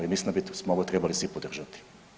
I mislim da bismo ovo trebali svi podržati.